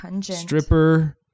stripper